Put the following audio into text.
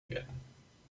werden